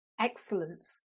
excellence